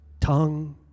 tongue